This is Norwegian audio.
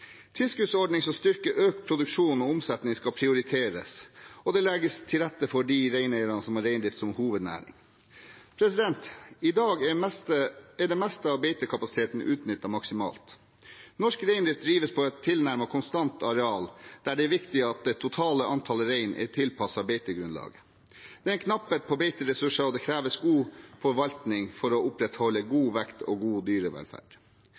Tilskuddsordningene som styrker økt produksjon og omsetning, skal prioriteres, og det legges til rette for de reineierne som har reindrift som hovednæring. I dag er det meste av beitekapasiteten utnyttet maksimalt. Norsk reindrift drives på et tilnærmet konstant areal, der det er viktig at det totale antallet rein er tilpasset beitegrunnlaget. Det er knapphet på beiteressurser, og det kreves god forvaltning for å opprettholde god vekt og god dyrevelferd.